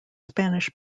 spanish